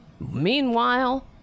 Meanwhile